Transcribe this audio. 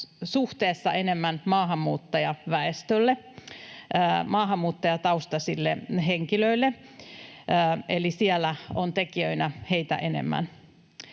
suhteessa enemmän maahanmuuttajataustaisille henkilöille, eli siellä on tekijöinä heitä enemmän.